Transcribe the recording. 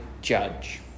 judge